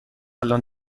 الان